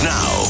Now